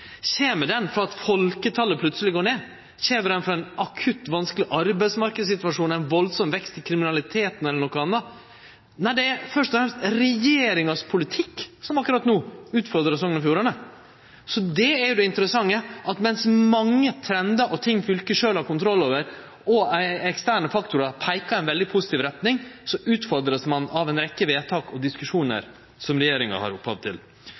Kjem ho fordi folketalet plutseleg går ned? Kjem ho fordi det er ein akutt vanskeleg arbeidsmarknadssituasjon, ein veldig vekst i kriminaliteten eller noko anna? Nei, det er først og fremst regjeringas politikk som akkurat no utfordrar Sogn og Fjordane. Det er jo det interessante, at mens mange trendar og ting fylket sjølv har kontroll over, og eksterne faktorar, peikar i ei veldig positiv retning, så vert ein utfordra av ei rekkje vedtak og diskusjonar som regjeringa er opphav til.